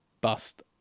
bust